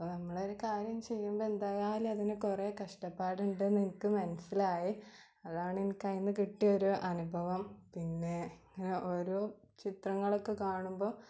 അപ്പം നമ്മളൊരു കാര്യം ചെയ്യുമ്പോൾ എന്തായാലും അതിന് കുറേ കഷ്ടപ്പാട്ണ്ട്ന്ന് എനിക്ക് മനസ്സിലായി അതാണ് എനിക്ക് അതിൽ നിന്ന് കിട്ടിയ ഒരനുഭവം പിന്നെ ഓരോ ചിത്രങ്ങളൊക്കെ കാണുമ്പോൾ